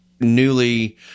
newly